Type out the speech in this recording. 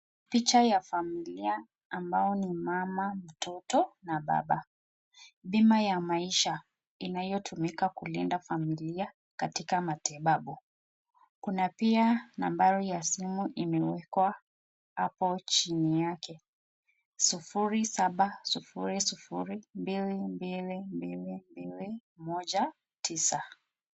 Picha ya familia ambao ni mama, mtoto na baba ,bima ya maisha inayotumika kulinda familia katika matibabu kuna pia nambari ya simu imewekwa hapo chini yake ,sufuri, saba, sufuri, sufuri ,mbili mbili, mbili ,nne, moja ,tisa.